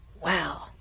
wow